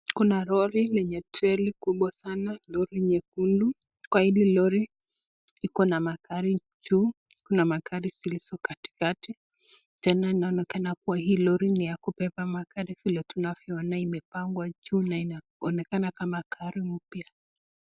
Kuna lori lenye treli kubwa sana nyekundu, kwa hili lori iko na magari juu kuna magari iliyo katikati, tena inaonekana hii lori ni ya kubeba magari mpya.